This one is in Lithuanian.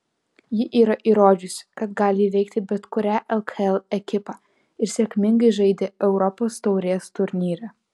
ji yra įrodžiusi kad gali įveikti bet kurią lkl ekipą ir sėkmingai žaidė europos taurės turnyre